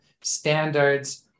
standards